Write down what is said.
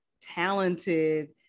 talented